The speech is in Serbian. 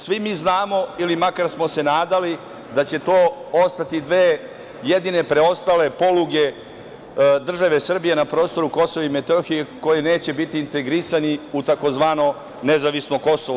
Svi mi znamo, ili makar smo se nadali, da će to ostati dve jedine preostale poluge države Srbije na prostoru Kosova i Metohije koje neće biti integrisane u tzv. nezavisno Kosovo.